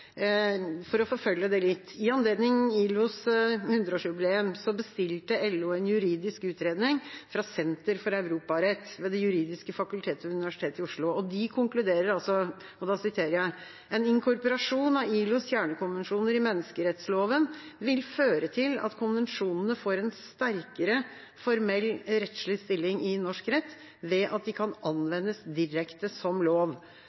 forfølge det litt. I anledning ILOs 100-årsjubileum bestilte LO en juridisk utredning fra Senter for europarett ved det juridiske fakultetet ved Universitetet i Oslo. De konkluderer: «En inkorporasjon av ILOs kjernekonvensjoner i menneskerettsloven vil føre til at konvensjonene får en sterkere formell rettslig stilling i norsk rett, ved at de kan anvendes direkte som lov.